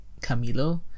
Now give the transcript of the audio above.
Camilo